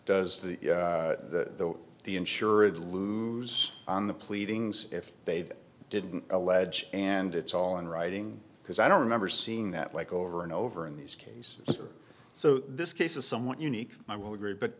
does the that the insurer deludes on the pleadings if they didn't allege and it's all in writing because i don't remember seeing that like over and over in these cases so this case is somewhat unique i will agree but